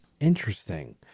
Interesting